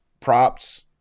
Props